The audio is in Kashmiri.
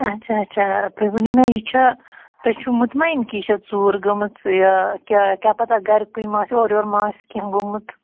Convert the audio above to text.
اَچھا اَچھا تُہۍ ؤنِو مےٚ یہِ چھا تُہۍ چھُو مُطمعین کہِ یہِ چھا ژوٗر گٲمٕژ یہِ کیٛاہ کیٛاہ پَتاہ گَرِکُے ما آسہِ اورٕ یورٕ ما آسہِ کیٚنٛہہ گوٚمُت